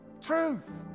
Truth